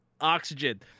Oxygen